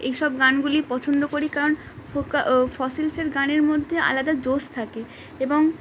এইসব গানগুলি পছন্দ করি কারণ ফোকা ফসলসের গানের মধ্যে আলাদা জোশ থাকে এবং